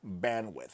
bandwidth